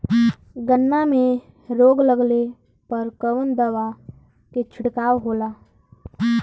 गन्ना में रोग लगले पर कवन दवा के छिड़काव होला?